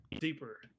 deeper